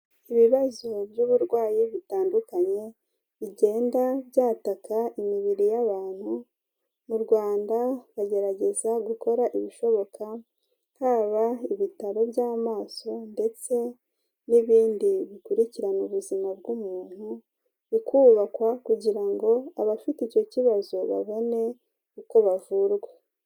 Ibibazo by'uburwayi butandukanye, bigenda byataka imibiri y'abantu, mu Rwanda bagerageza gukora ibishoboka, haba ibitaro by'amaso ndetse n'ibindi bikurikirana ubuzima bw'umuntu, bikubakwa kugira ngo abafite icyo kibazo babone uko bavurwa.